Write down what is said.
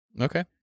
Okay